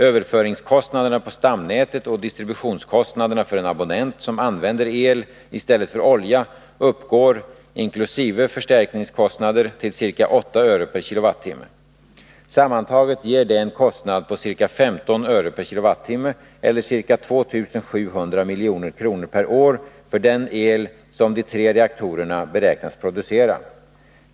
Överföringskostnaderna på stamnätet och distributionskostnaderna för en abonnent som använder el i stället för olja uppgår inkl. förstärkningskostnader till ca 8 öre kWh eller ca 2 700 milj.kr. per år för den el som de tre reaktorerna beräknas producera.